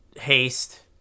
haste